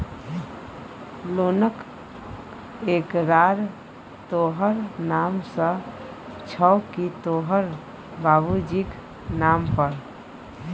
लोनक एकरार तोहर नाम सँ छौ की तोहर बाबुजीक नाम पर